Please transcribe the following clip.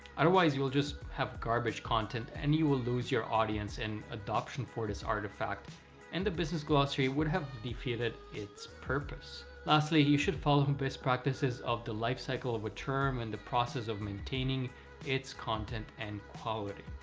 otherwise you will just have garbage content and you will lose your audience and adoption for this artifact and the business glossary would have defeated its purpose. lastly you should follow the best practices of the lifecycle of a term and the process of maintaining its content and quality.